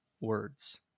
words